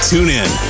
TuneIn